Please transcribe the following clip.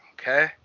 okay